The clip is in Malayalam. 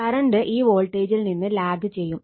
കറണ്ട് ഈ വോൾട്ടേജിൽ നിന്ന് ലാഗ് ചെയ്യും